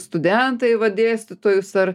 studentai va dėstytojus ar